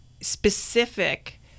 specific